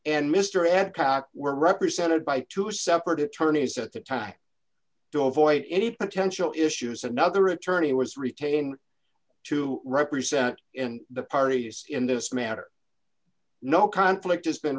and mr ed koc were represented by two separate attorneys at the time to avoid any potential issues another attorney was retained to represent in the parties in this matter no conflict has been